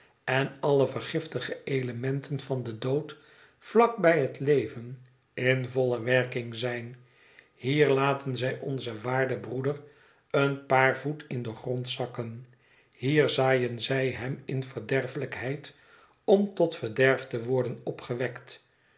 en alle vergiftige elementen van den dood vlak bij het leven in volle werking zijn hier laten zij onzen waarden broeder een paar voet in den grond zakken hier zaaien zij hem in verderfelijkheid om tot verderf te worden opgewekt